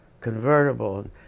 convertible